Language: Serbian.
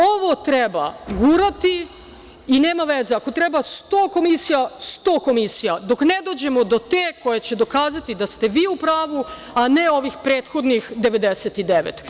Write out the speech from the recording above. Ovo treba gurati i nema veze, ako treba sto komisija, sto komisija, dok ne dođemo do te koja će dokazati da ste vi u pravu, a ne ovih prethodnih 99.